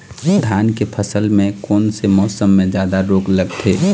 धान के फसल मे कोन से मौसम मे जादा रोग लगथे?